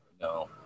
No